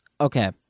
okay